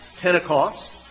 Pentecost